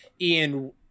Ian